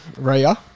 Raya